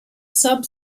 sub